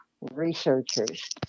researchers